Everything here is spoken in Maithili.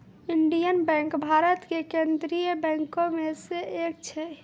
इंडियन बैंक भारत के केन्द्रीय बैंको मे से एक छै